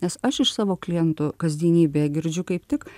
nes aš iš savo klientų kasdienybėje girdžiu kaip tik